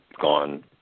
gone